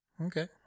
Okay